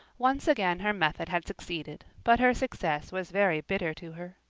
once again her method had succeeded but her success was very bitter to her.